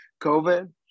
COVID